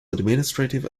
administrative